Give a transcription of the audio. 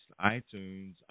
iTunes